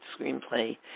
screenplay